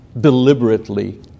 deliberately